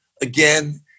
again